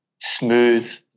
smooth